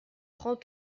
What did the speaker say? prends